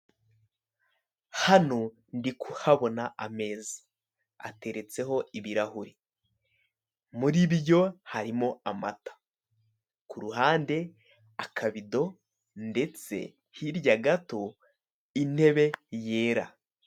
Hano ndi kuhabona ameza. Ateretseho ibirahuri. Muri byo harimo amata. Ku ruhande, akabido, ndetse hirya gato, intebe yera.